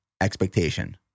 expectation